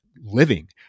living